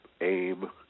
aim